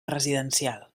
residencial